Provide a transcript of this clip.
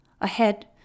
Ahead